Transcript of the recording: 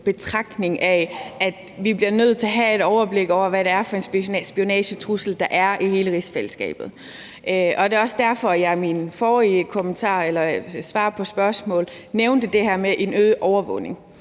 betragtning om, at vi bliver nødt til at have et overblik over, hvad det er for en spionagetrussel, der er mod hele rigsfællesskabet, og det er også derfor, at jeg i mit forrige svar på spørgsmål nævnte det her med en øget overvågning.